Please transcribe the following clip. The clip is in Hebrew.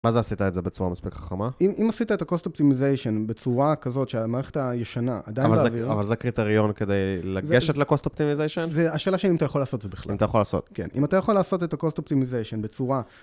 מה זה עשית את זה בצורה מספיק חכמה? אם עשית את ה-cost optimization בצורה כזאת שהמערכת הישנה עדיין להעביר את זה... אבל זה קריטריון כדי לגשת לקוסט אופטימיזיישן? זה השאלה שאם אתה יכול לעשות את זה בכלל. אם אתה יכול לעשות, כן. אם אתה יכול לעשות את ה-cost אופטימיזיישן בצורה...